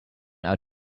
out